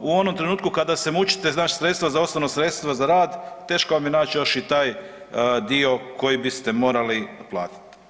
u onom trenutku kada se mučite iznaći sredstva, za osnovno sredstvo za rad, teško vam je naći još i taj dio koji biste morali platiti.